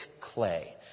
clay